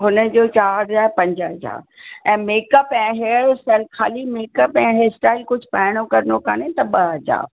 हुनजो चार आहे पंज हज़ार ऐं मेकअप ऐं हेयर स्टाइल ख़ाली मेकअप ऐं हेयर स्टाइल कुझु पाइनो करिणो कोन्हे त ॿ हज़ार